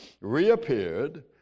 reappeared